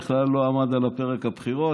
בכלל לא עמדו על הפרק הבחירות,